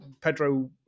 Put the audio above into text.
pedro